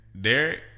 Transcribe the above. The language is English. Derek